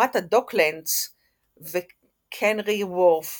הקמת הדוקלנדס וקנרי וורף